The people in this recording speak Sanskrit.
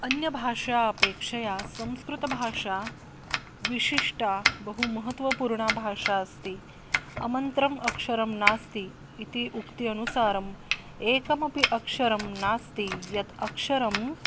अन्यभाषा अपेक्षया संस्कृतभाषा विशिष्टा बहु महत्वपूर्णा भाषा अस्ति अमन्त्रम् अक्षरं नास्ति इति उक्ति अनुसारम् एकमपि अक्षरं नास्ति यत् अक्षरम्